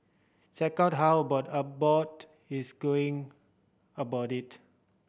check out how about Abbott is going about it